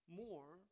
more